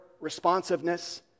responsiveness